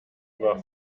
war